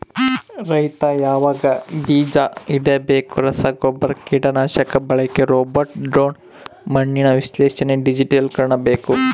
ರೈತ ಯಾವಾಗ ಬೀಜ ಇಡಬೇಕು ರಸಗುಬ್ಬರ ಕೀಟನಾಶಕ ಬಳಕೆ ರೋಬೋಟ್ ಡ್ರೋನ್ ಮಣ್ಣಿನ ವಿಶ್ಲೇಷಣೆ ಡಿಜಿಟಲೀಕರಣ ಬೇಕು